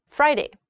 Friday